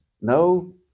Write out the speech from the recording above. no